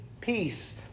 Peace